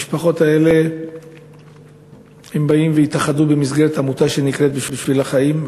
המשפחות האלה באו והתאחדו במסגרת עמותה שנקראת "בשביל החיים",